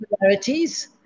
similarities